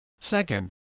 Second